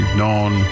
non